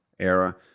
Era